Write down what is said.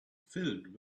filled